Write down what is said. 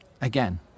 Again